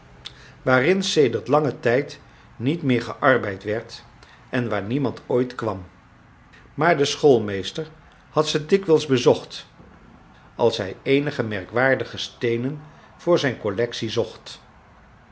waarin sedert langen tijd niet meer gearbeid werd en waar niemand ooit kwam maar de schoolmeester had ze dikwijls bezocht als hij eenige merkwaardige steenen voor zijn collectie zocht